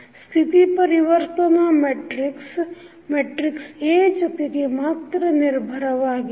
ಸ್ಥಿತಿ ಪರಿವರ್ತನಾ metric metric A ಜೊತೆಗೆ ಮಾತ್ರ ನಿರ್ಭರವಾಗಿದೆ